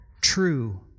true